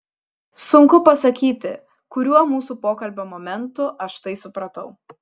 sunku pasakyti kuriuo mūsų pokalbio momentu aš tai supratau